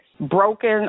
broken